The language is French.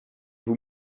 vous